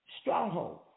stronghold